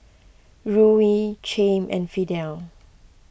Ruie Chaim and Fidel